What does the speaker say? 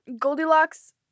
Goldilocks